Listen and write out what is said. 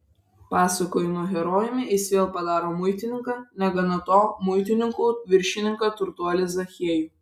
pasakojimo herojumi jis vėl padaro muitininką negana to muitininkų viršininką turtuolį zachiejų